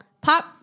Pop